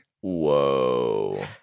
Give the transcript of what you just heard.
Whoa